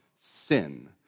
sin